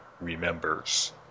remembers